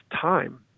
time